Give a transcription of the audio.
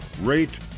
rate